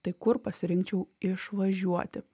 tai kur pasirinkčiau išvažiuoti